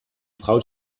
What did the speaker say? frau